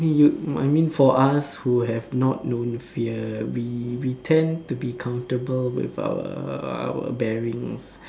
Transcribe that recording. I mean you for us who have not known fear we we tend to be comfortable with our our bearings